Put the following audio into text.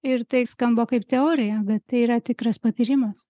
ir tai skamba kaip teorija bet tai yra tikras patyrimas